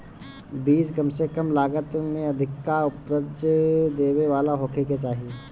बीज कम से कम लागत में अधिका उपज देवे वाला होखे के चाही